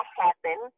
happen